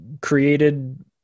created